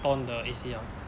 torn the A_C_L